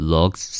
Looks